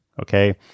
Okay